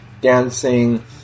dancing